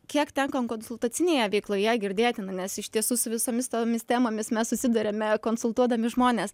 kiek tenka konsultacinėje veikloje girdėti nes iš tiesų su visomis tomis temomis mes susiduriame konsultuodami žmones